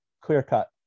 clear-cut